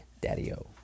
Daddy-o